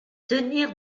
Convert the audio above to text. tenir